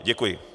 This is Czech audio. Děkuji.